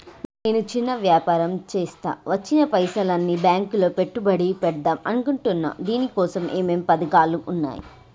నేను చిన్న వ్యాపారం చేస్తా వచ్చిన పైసల్ని బ్యాంకులో పెట్టుబడి పెడదాం అనుకుంటున్నా దీనికోసం ఏమేం పథకాలు ఉన్నాయ్?